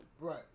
Right